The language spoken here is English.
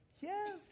yes